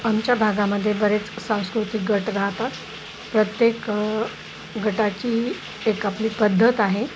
आमच्या भागामध्ये बरेच सांस्कृतिक गट राहतात प्रत्येक गटाची एक आपली पद्धत आहे